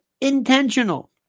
Intentional